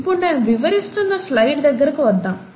ఇప్పుడు నేను వివరిస్తున్న స్లయిడ్ దగ్గరికి వద్దాం